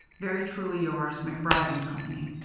very truly yours, macbride and company.